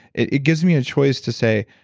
it it gives me a choice to say,